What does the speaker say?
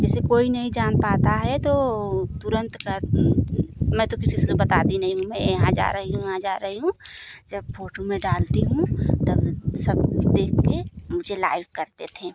जैसे कोई नहीं जान पाता है तो तुरंत तत तो किसी से बताती नहीं हूँ मैं यहाँ जा रही हूँ वहाँ जा रही हूँ जब फोटू में डालती हूँ तब सब कुछ देखकर मुझे लाइक करते थे